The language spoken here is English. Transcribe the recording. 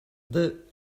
the